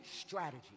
strategy